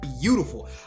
beautiful